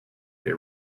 they